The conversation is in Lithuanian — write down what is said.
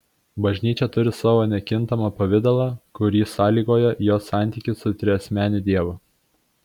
bažnyčia turi savo nekintamą pavidalą kurį sąlygoja jos santykis su triasmeniu dievu